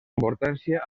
importància